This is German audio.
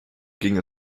ging